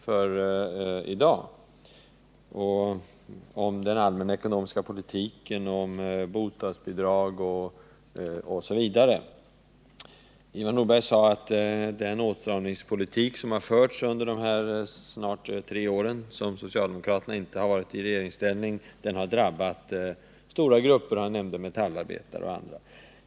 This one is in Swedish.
Han talade om den allmänna ekonomiska politiken, om bostadsbidrag m.m. Han sade att den åtstramningspolitik som har förts under de snart tre år som socialdemokraterna inte har varit i regeringsställning har drabbat stora grupper, t.ex. metallarbetarna.